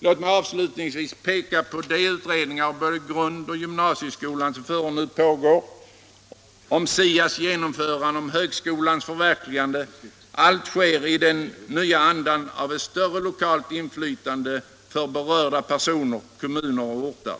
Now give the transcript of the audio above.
Låt mig avslutningsvis peka på de utredningar om både grund och gymnasieskolan som nu pågår, om SIA:s genomförande och om högskolans förverkligande. Allt sker i den nya andan av ett större lokalt inflytande för berörda personer, kommuner och orter.